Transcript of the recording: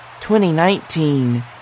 2019